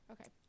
Okay